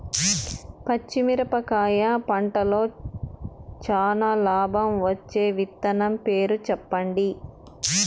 పచ్చిమిరపకాయ పంటలో చానా లాభం వచ్చే విత్తనం పేరు చెప్పండి?